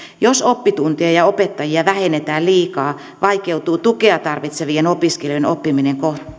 jos oppitunteja ja ja opettajia vähennetään liikaa vaikeutuu tukea tarvitsevien opiskelijoiden oppiminen